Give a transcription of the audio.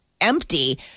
empty